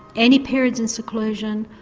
any periods in seclusion,